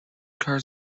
cars